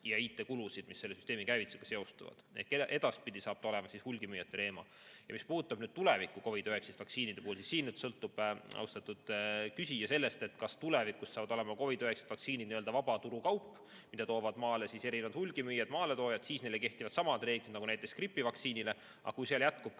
ja IT‑kulusid, mis selle süsteemi käivitamisega seostuvad. Edaspidi saab see olema hulgimüüjate teema. Mis puudutab tulevikku COVID‑19 vaktsiinide puhul, siis siin sõltub see, austatud küsija, sellest, kas tulevikus saavad olema COVID‑19 vaktsiinid nii-öelda vabaturukaup, mida toovad maale erinevad hulgimüüjad ja maaletoojad. Siis neile kehtivad samad reeglid nagu näiteks gripivaktsiinile. Aga kui seal jätkub ka